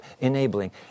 enabling